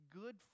good